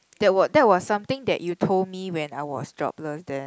that were that was something that you told me when I was jobless then